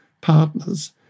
partners